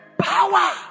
power